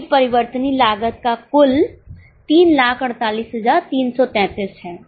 नई परिवर्तनीय लागत का कुल 348333 है